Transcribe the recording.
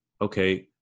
okay